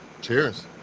Cheers